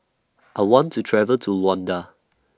I want to travel to Luanda